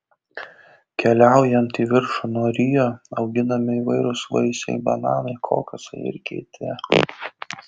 keliaujant į viršų nuo rio auginami įvairūs vaisiai bananai kokosai ir kiti